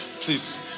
Please